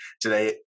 today